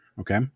Okay